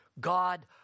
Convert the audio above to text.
God